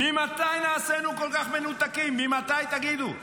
ממתי נעשינו כל כך מנותקים, ממתי, תגידו?